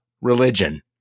religion